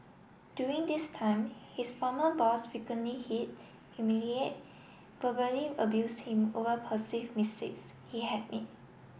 during this time his former boss frequently hit humiliate verbally abuse him over perceived mistakes he had made